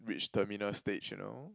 reach terminal stage you know